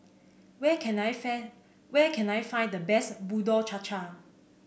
where can I fan where can I find the best Bubur Cha Cha